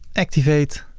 activate.